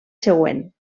següent